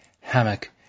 hammock